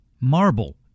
marble